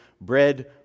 bread